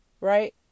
right